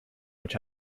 which